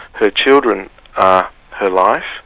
her children are her life,